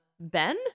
Ben